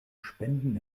spenden